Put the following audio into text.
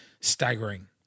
staggering